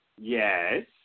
Yes